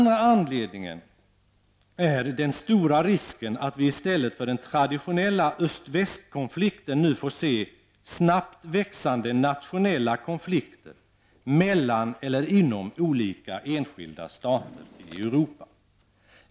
Den stora risken att vi i stället för den traditionella öst--väst-konflikten nu får se snabbt växande nationella konflikter mellan eller inom olika enskilda stater i Europa.